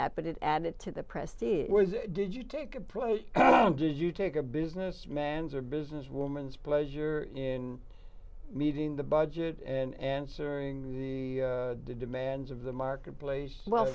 that but it added to the prestige was did you take a play do you take a business man's or business woman's pleasure in meeting the budget and answering the demands of the marketplace well